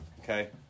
Okay